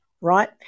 right